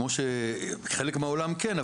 כמו שחלק מהעולם כן,